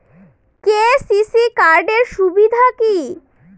KCC card এর সুবিধা কি?